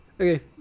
Okay